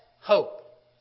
hope